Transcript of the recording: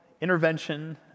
intervention